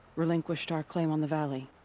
relinquished our claim on the valley.